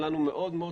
בלי מילגם באמת?